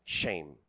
shame